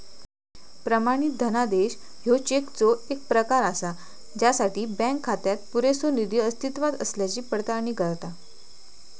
प्रमाणित धनादेश ह्यो चेकचो येक प्रकार असा ज्यासाठी बँक खात्यात पुरेसो निधी अस्तित्वात असल्याची पडताळणी करता